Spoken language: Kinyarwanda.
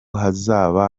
hazaba